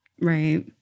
Right